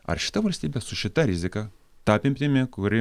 ar šita valstybe su šita rizika ta apimtimi kuri